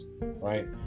right